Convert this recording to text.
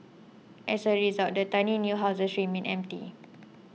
as a result the tiny new houses remained empty